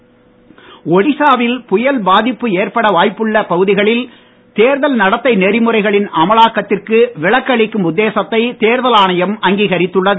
புயல் தேர்தல் ஒடிசாவில் புயல்பாதிப்பு ஏற்பட வாய்புள்ள பகுதிகளில் தேர்தல் நடத்தை நெறிமுறைகளின் அமலாக்கத்திற்கு விலக்களிக்கும் உத்தேசத்தை தேர்தல் ஆணையம் அங்கீகரித்துள்ளது